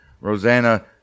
Rosanna